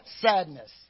sadness